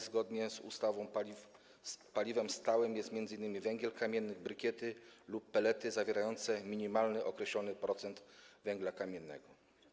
Zgodnie z ustawą paliwem stałym jest m.in. węgiel kamienny, brykiety lub pellety zawierające minimalny określony procent węgla kamiennego.